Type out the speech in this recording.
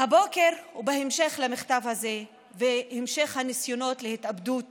ירחמו.‬‬‬‬‬‬‬‬‬‬‬ בהמשך למכתב הזה ובהמשך לניסיונות להתאבדות